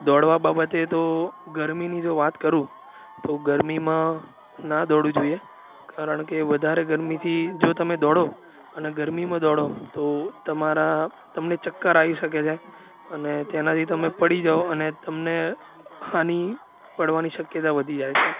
દોડવા બાબતે તો ગરમીની જો વાત કરું તો ગરમીમાં ન દોડવું જોઈએ કારણ કે વધારે ગરમીથી જો તમે દોડો અને ગરમીમાં દોડો તો તમારા તમને ચક્કર આવી શકે છે અને તેનાથી તમે પડી જાઓ અને તમને હાની પડવાની શક્યતા વધી જાય છે